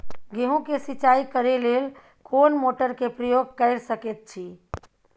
गेहूं के सिंचाई करे लेल कोन मोटर के प्रयोग कैर सकेत छी?